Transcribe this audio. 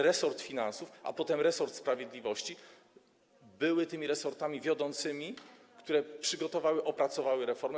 Resort finansów, a potem resort sprawiedliwości były tymi resortami wiodącymi, które przygotowały, opracowały reformę.